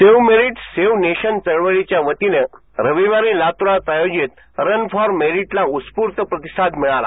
save merit save nation चळवळीच्या वतीने रविवारी लातूरात आयोजित रन फॉर मेरीटला उत्स्फूर्त प्रतिसाद मिळाला